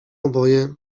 oboje